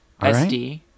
SD